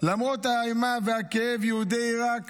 למרות האימה והכאב, יהודי עיראק